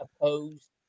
opposed